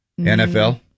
NFL